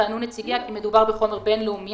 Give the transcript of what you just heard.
טענו נציגיה כי מדובר בחומר בינלאומי